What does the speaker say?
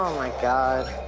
um my god.